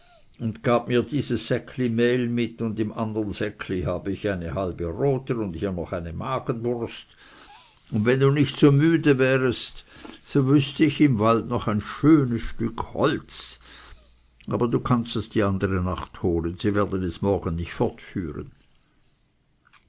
und gab mir dieses säckli mehl mit und im andern säckli habe ich eine halbe roten und hier noch eine magenwurst und wenn du nicht so müd wärest so wüßte ich noch im wald ein schönes stück holz aber du kannst das die andere nacht holen sie werden es morgen nicht fortführen